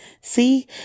See